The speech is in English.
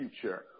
future